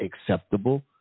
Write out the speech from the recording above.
acceptable